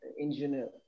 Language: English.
engineer